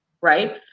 right